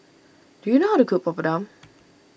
do you know how to cook Papadum